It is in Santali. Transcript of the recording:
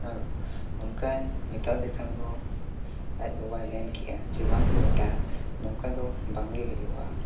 ᱟᱫᱚ ᱚᱱᱠᱟᱭ ᱢᱮᱛᱟᱫᱮ ᱠᱷᱟᱱ ᱫᱚ ᱟᱡ ᱵᱟᱵᱟᱭ ᱢᱮᱱ ᱠᱮᱜᱼᱟ ᱡᱮ ᱵᱟᱝᱜᱮ ᱵᱮᱴᱟ ᱱᱚᱝᱠᱟ ᱫᱚ ᱵᱟᱝᱜᱮ ᱦᱩᱭᱩᱜᱼᱟ